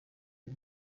and